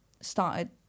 started